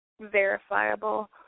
verifiable